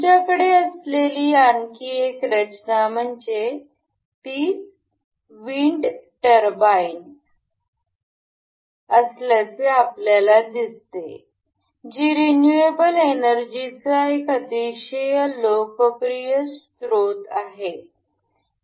आमच्याकडे असलेली आणखी एक रचना म्हणजे ती विंड टर्बाइन असल्याचे आपल्याला दिसते जी रिन्यूएबल एनर्जी चा एक अतिशय लोकप्रिय स्त्रोतपॉप्युलर सोअर्स आहे